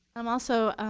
i'm also